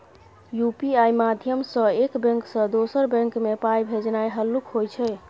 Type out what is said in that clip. UPI माध्यमसँ एक bank सँ दोसर बैंक मे पाइ भेजनाइ हल्लुक होइ छै